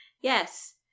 yes